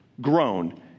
grown